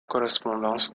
correspondance